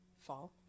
fall